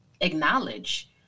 acknowledge